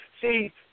See